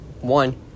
one